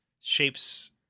shapes